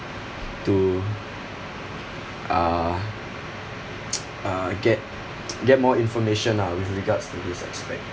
to uh uh get get more information lah with regards to this aspect